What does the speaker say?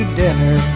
dinner